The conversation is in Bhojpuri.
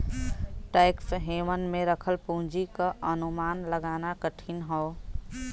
टैक्स हेवन में रखल पूंजी क अनुमान लगाना कठिन हौ